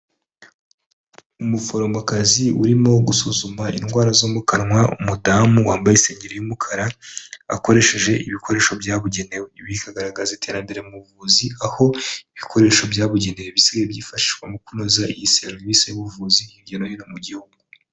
Umuforomokazi urimo gusuzuma indwara zo mu kanwa, umudamu wambaye isengeri y'umukara, akoresheje ibikoresho byabugenewe. Ibi bikagaragaza iterambere mu buvuzi, aho ibikoresho byabugenewe bisigaye byifashishwa mu kunoza iyi serivisi y'ubuvuzi hirya no hino mu gihugu.